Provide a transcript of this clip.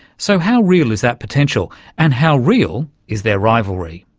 so, how real is that potential? and how real is their rivalry?